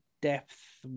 depth